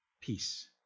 peace